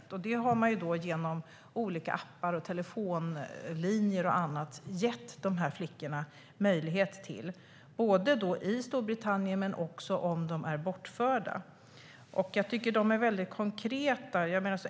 Den möjligheten har man i Storbritannien gett dessa flickor genom olika appar och telefonlinjer, och det gäller både om de befinner sig i landet och om de är bortförda. Detta är väldigt konkret.